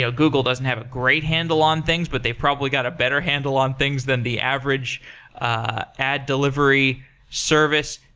ah google doesn't have a great handle on this, but they probably got a better handle on things than the average ah ad delivery service.